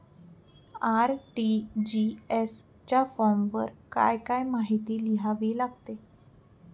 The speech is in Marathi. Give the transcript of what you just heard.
आर.टी.जी.एस च्या फॉर्मवर काय काय माहिती लिहावी लागते?